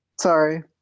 Sorry